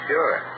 Sure